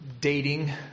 dating